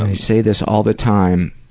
and say this all the time,